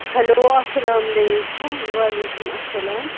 hello اَلسلامُ علیکُم وعلیکُم السلام